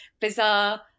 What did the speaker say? bizarre